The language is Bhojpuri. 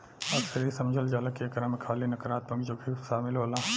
अक्सर इ समझल जाला की एकरा में खाली नकारात्मक जोखिम शामिल होला